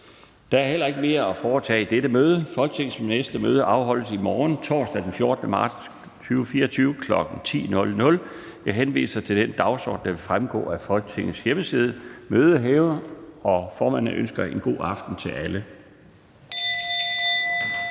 Der er ikke mere at foretage i dette møde. Folketingets næste møde afholdes i morgen, torsdag den 14. marts 2024, kl. 10.00. Jeg henviser til den dagsorden, der vil fremgå af Folketingets hjemmeside. Formanden ønsker en god aften til alle.